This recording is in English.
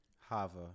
Hava